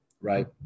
right